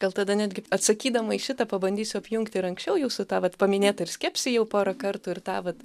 gal tada netgi atsakydama į šitą pabandysiu apjungti ir anksčiau jūsų tą vat paminėtą ir skepsį jau porą kartų ir tą vat